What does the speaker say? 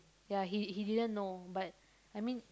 ya he he didn't know but I mean